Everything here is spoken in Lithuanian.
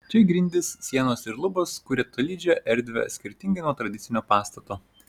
čia grindys sienos ir lubos kuria tolydžią erdvę skirtingai nuo tradicinio pastato